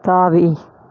தாவி